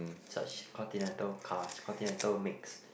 such continental cars continental mix